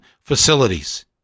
facilities